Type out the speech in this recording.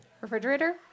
Refrigerator